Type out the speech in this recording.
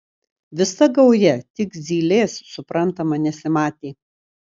visa gauja tik zylės suprantama nesimatė